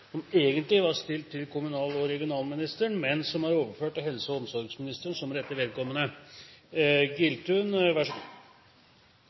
til kommunal- og regionalministeren, er overført til helse- og omsorgsministeren som rette vedkommende.